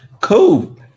Cool